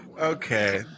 Okay